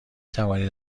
توانید